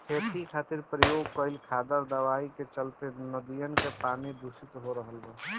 खेती खातिर प्रयोग कईल खादर दवाई के चलते नदियन के पानी दुसित हो रहल बा